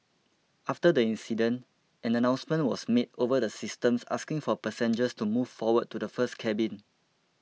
after the incident an announcement was made over the systems asking for passengers to move forward to the first cabin